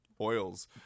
oils